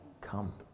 come